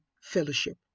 Fellowship